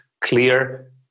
clear